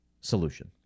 solution